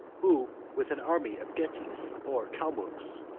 who, with an army of getes or calmucks,